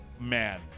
man